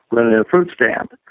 but and at a fruit stand.